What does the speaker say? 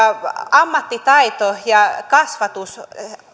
ammattitaito ja kasvatus